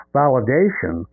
validation